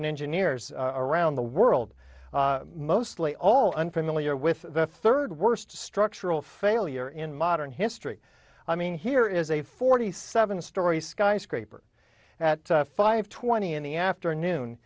engineers around the world mostly all unfamiliar with the third worst structural failure in modern history i mean here is a forty seven story skyscraper at five twenty in the afternoon